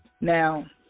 Now